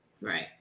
Right